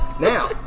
Now